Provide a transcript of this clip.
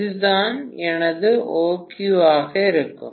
இதுதான் எனது OQ ஆக இருக்கும்